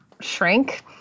shrink